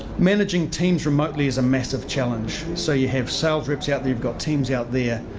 managing teams remotely is a massive challenge so you have sales reps out there. you've got teams out there.